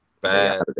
bad